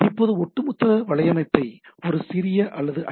இப்போது ஒட்டுமொத்த வலையமைப்பைப் ஒரு சிறிய அல்லது ஐ